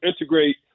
integrate